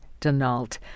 Denault